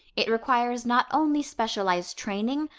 it requires not only specialized training,